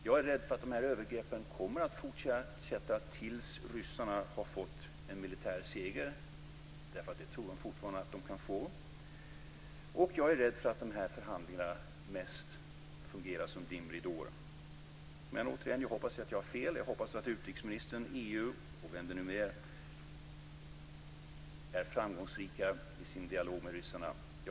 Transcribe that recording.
Jag är rädd för att de här övergreppen kommer att fortsätta tills ryssarna har fått en militär seger, därför att de tror fortfarande att de kan få det, och jag är rädd för att de här förhandlingarna mest fungerar som dimridåer. Men, återigen, jag hoppas att jag har fel. Jag hoppas att utrikesministern, EU och vem det nu är mer är framgångsrika i sin dialog med ryssarna.